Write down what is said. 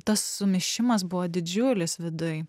tas sumišimas buvo didžiulis viduj